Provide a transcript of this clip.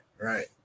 right